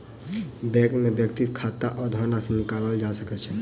bank में व्यक्तिक खाता सॅ धनराशि निकालल जा सकै छै